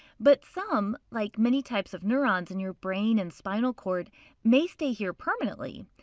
but some like many types of neurons in your brain and spinal cord may stay here permanently.